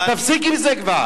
תפסיק עם זה כבר.